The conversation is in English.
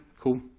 Cool